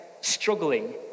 struggling